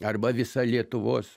arba visą lietuvos